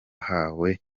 hawe